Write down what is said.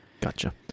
Gotcha